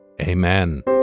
Amen